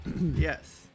Yes